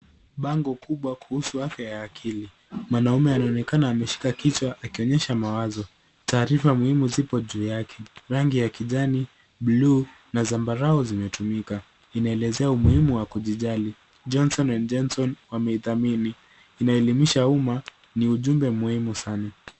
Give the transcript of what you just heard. Bango kubwa kuhusu afya ya akili .Mwanaume anaonekana ameshika kichwa akionyesha mawazo. Taarifa muhimu zipo juu yake. Rangi ya kijani, blue na zambarau zimetumika. Inaelezea umuhimu wa kujijali. Johnson and Johnson wameidhamini. Inaelimisha umma. Ni ujumbe muhimu sana.